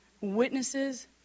witnesses